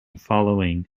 following